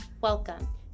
Welcome